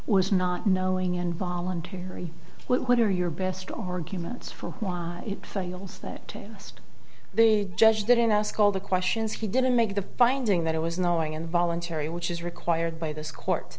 was not knowing and voluntary what are your best arguments for why it fails that test the judge didn't ask all the questions he didn't make the finding that it was knowing involuntary which is required by this court